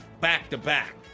back-to-back